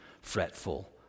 fretful